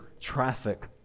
traffic